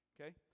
Okay